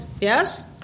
Yes